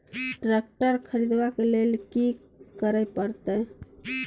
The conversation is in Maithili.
ट्रैक्टर खरीदबाक लेल की करय परत?